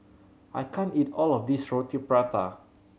I can't eat all of this Roti Prata